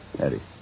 Eddie